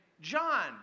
John